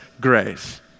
grace